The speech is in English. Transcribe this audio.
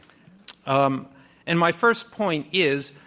um and my first point is,